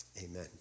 Amen